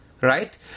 right